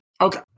Okay